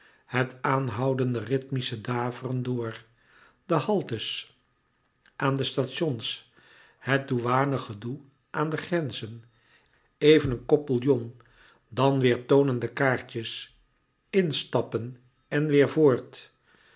het aanhoudende rythmische daveren door de haltes aan de stations het douanengedoe aan de grenzen even een kop louis couperus metamorfoze bouillon dan weêr toonen de kaartjes instappen en weêr voort